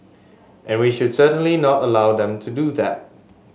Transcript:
and we should certainly not allow them to do that